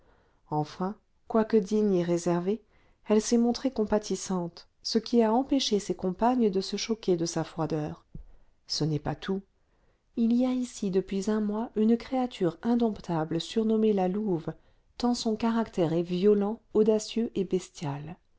enfin quoique digne et réservée elle s'est montrée compatissante ce qui a empêché ses compagnes de se choquer de sa froideur ce n'est pas tout il y a ici depuis un mois une créature indomptable surnommée la louve tant son caractère est violent audacieux et bestial